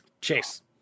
Chase